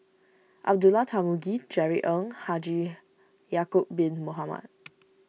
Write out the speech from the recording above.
Abdullah Tarmugi Jerry Ng Haji Ya'Acob Bin Mohamed